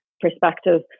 perspective